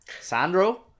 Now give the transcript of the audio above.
Sandro